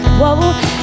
whoa